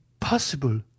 possible